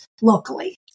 locally